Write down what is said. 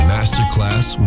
Masterclass